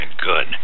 Good